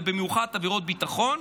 ובמיוחד עבירות ביטחון,